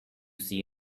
see